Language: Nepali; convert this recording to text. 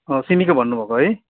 सिमीको भन्नुभएको है